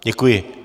Děkuji.